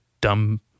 dumb